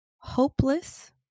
hopeless